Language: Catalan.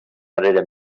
manera